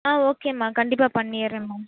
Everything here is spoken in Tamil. ஆ ஓகேம்மா கண்டிப்பாக பண்ணிடறேன் மேம்